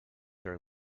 are